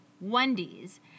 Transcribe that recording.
Wendy's